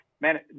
man